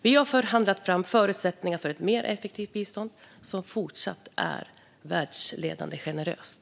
Vi har förhandlat fram förutsättningar för ett mer effektivt bistånd som fortsatt är världsledande generöst.